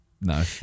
No